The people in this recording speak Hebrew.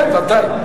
הראשונה, ידנית.